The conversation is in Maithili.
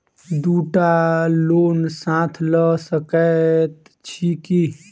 दु टा लोन साथ लऽ सकैत छी की?